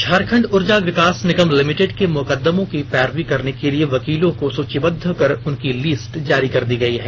झारखंड ऊर्जा विकास निगम लिमिटेड के मुकदमों की पैरवी करने के लिए वकीलों को सूचीबद्व कर उनकी लिस्ट जारी कर दी गई है